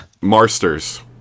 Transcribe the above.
Marsters